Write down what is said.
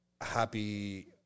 happy